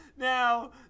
Now